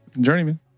Journeyman